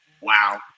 wow